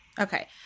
Okay